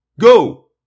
Go